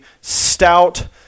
stout